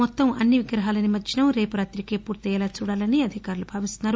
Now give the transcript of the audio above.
మొత్తం అన్ని విగ్రహాల నిమజ్జనం రేపు రాతికే పూర్తయ్యేలా చూడాలని అధికారులు భావిస్తున్నారు